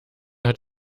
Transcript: hat